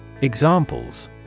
Examples